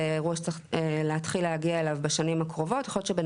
בנייה של דיור להשכרה וזה למרות שהן